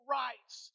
rights